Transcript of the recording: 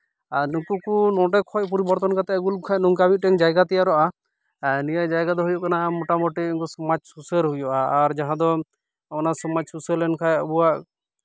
ᱟᱨ ᱱᱩᱠᱩ ᱠᱚ ᱱᱚᱸᱰᱮ ᱠᱷᱚᱡ ᱯᱚᱨᱤᱵᱚᱨᱛᱚᱱ ᱠᱟᱛᱮᱫ ᱟᱹᱜᱩ ᱞᱮᱠᱚ ᱠᱷᱟᱡ ᱱᱚᱝᱠᱟ ᱢᱤᱫᱴᱮᱱ ᱡᱟᱭᱜᱟ ᱛᱮᱭᱟᱨᱚᱜᱼᱟ ᱟᱨ ᱱᱤᱭᱟᱹ ᱡᱟᱭᱜᱟ ᱫᱚ ᱦᱩᱭᱩᱜ ᱠᱟᱱᱟ ᱢᱳᱴᱟᱢᱩᱴᱤ ᱩᱱᱠᱩ ᱥᱚᱢᱟᱡᱽ ᱥᱩᱥᱟᱹᱨ ᱦᱩᱭᱩᱜᱼᱟ ᱟᱨ ᱡᱟᱦᱟᱸ ᱫᱚ ᱚᱱᱟ ᱥᱚᱢᱟᱡᱽ ᱥᱩᱥᱟᱹᱨ ᱞᱮᱱᱠᱷᱟᱡ ᱟᱵᱚᱣᱟᱜ